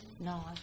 No